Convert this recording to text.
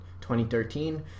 2013